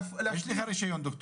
יש לך רשיון דוקטור?